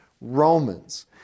Romans